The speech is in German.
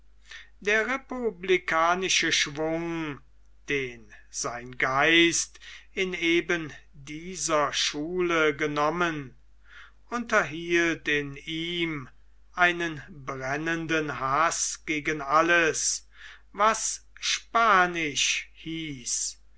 der republikanische schwung den sein geist in eben dieser schule genommen unterhielt in ihm einen brennenden haß gegen alles was spanisch hieß